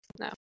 No